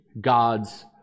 God's